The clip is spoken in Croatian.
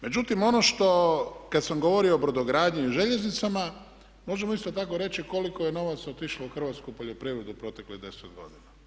Međutim, ono što kad sam govorio o brodogradnji i željeznicama možemo isto tako reći koliko je novaca otišlo u hrvatsku poljoprivredu u proteklih deset godina.